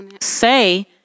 say